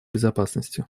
безопасности